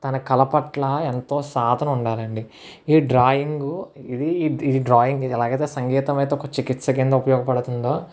తన కళ పట్ల ఎంతో సాధన ఉండాలండి ఈ డ్రాయింగ్ ఇది ఇది ఎలాగైతే సంగీతం అయితే ఒక చికిత్స కింద ఉపయోగపడుతుందో